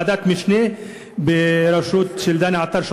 ועדת משנה בראשות דני עטר,